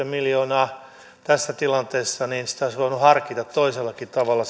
miljoonaa tässä tilanteessa olisi voinut harkita toisellakin tavalla